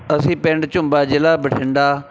ਅਸੀਂ ਪਿੰਡ ਝੁੰਬਾ ਜ਼ਿਲ੍ਹਾ ਬਠਿੰਡਾ